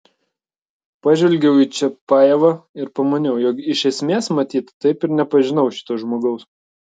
pažvelgiau į čiapajevą ir pamaniau jog iš esmės matyt taip ir nepažinau šito žmogaus